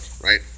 right